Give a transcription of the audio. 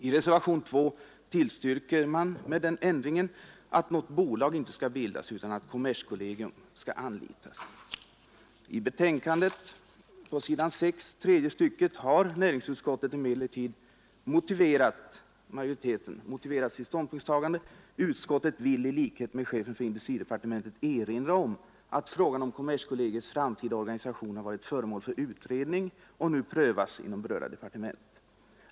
I reservationen 2 tillstyrker man med den ändringen att något bolag inte skall bildas, utan att kommerskollegium skall anlitas. På s. 6 i utskottets betänkande, tredje stycket, har näringsutskottets majoritet emellertid motiverat sitt ståndpunktstagande. Utskottet skriver: ”Utskottet vill i likhet med chefen för industridepartementet erinra om att frågan om kommerskollegiets framtida organisation har varit föremål för utredning och nu prövas inom berörda departement.